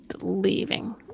leaving